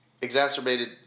exacerbated